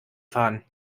fahren